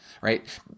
right